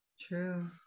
True